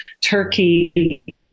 Turkey